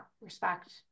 respect